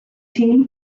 team